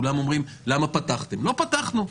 כולם אומרים "למה פתחתם?", לא פתחנו,